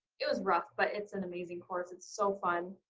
it was rough but, it's an amazing course. it's so fun.